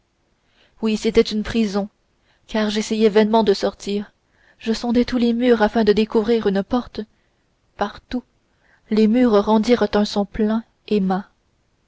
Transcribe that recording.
oui c'était une prison car j'essayai vainement d'en sortir je sondai tous les murs afin de découvrir une porte partout les murs rendirent un son plein